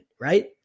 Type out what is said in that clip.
right